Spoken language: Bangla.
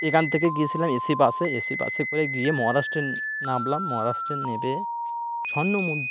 এখান থেকে গিয়েছিলাম এ সি বাসে এ সি বাসে করে গিয়ে মহারাষ্ট্রে নামলাম মহারাষ্ট্রে নেমে স্বর্ণমন্দির